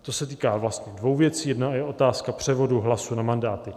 To se týká vlastně dvou věcí, jedna je otázka převodu hlasů na mandáty.